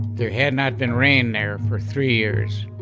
there had not been rain there for three years.